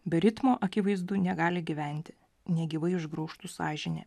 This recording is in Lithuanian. be ritmo akivaizdu negali gyventi negyvai užgraužtų sąžinė